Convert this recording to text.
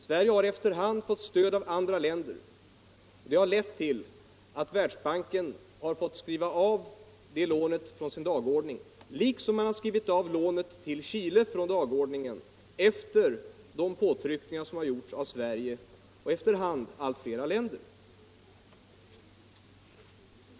Sverige har efter hand fått stöd av andra länder, och det har lett till att Världsbanken har fått skriva av det lånet från sin dagordning, liksom man fick skriva av' lånet till Chile från dagordningen efter de påtryckningar som gjordes av Sverige och efter hand av allt flera länder.